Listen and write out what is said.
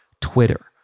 Twitter